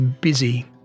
busy